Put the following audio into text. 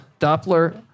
Doppler